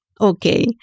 okay